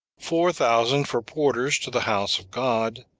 four thousand for porters to the house of god,